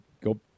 go